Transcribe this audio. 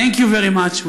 Thank you very much.